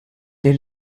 der